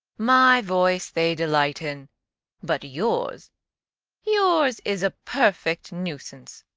my voice they delight in but yours yours is a perfect nuisance.